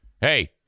Hey